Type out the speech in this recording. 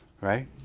right